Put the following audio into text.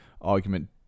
argument